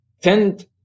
tend